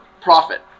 profit